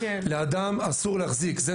לאדם אסור להחזיק את זה,